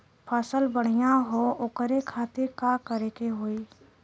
फसल बढ़ियां हो ओकरे खातिर का करे के होई?